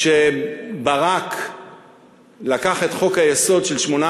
כשברק לקח את חוק-היסוד של 18